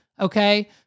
Okay